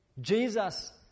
Jesus